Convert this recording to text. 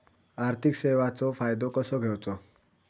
आर्थिक सेवाचो फायदो कसो घेवचो?